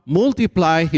multiply